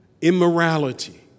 immorality